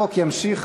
29, אין מתנגדים,